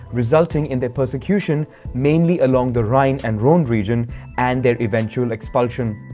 resulting in their persecution mainly along the rhine and rhone region and their eventual expulsion.